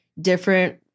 different